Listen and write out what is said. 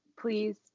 Please